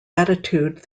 attitude